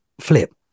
flip